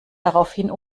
daraufhin